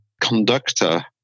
conductor